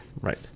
right